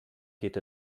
geht